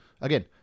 Again